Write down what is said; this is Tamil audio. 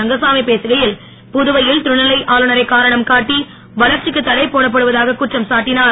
ரங்கசாமி பேசுகையில் புதுவையில் துணைநிலை ஆளுனரை காரணம் காட்டி வளர்ச்சிக்கு தடை போடப்படுவதாகக் குற்றம் சாட்டினுர்